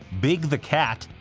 big the cat,